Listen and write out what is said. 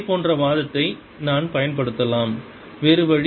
இதே போன்ற வாதத்தை நான் பயன்படுத்தலாம் வேறு வழி